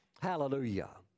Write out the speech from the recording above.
Hallelujah